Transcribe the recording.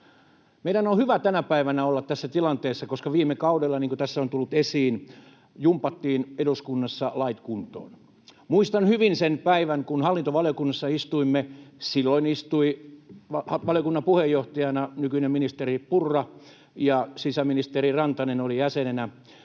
Meidän on hyvä tänä päivänä olla tässä tilanteessa, koska viime kaudella, niin kuin tässä on tullut esiin, jumpattiin eduskunnassa lait kuntoon. Muistan hyvin sen päivän, kun hallintovaliokunnassa istuimme. Silloin istui valiokunnan puheenjohtajana nykyinen ministeri Purra ja sisäministeri Rantanen oli jäsenenä.